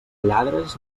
lladres